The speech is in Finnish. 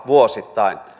vuosittain